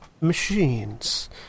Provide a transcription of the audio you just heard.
machines